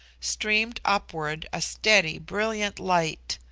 streamed upward a steady brilliant light.